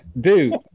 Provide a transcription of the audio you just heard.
dude